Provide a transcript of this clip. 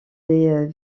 des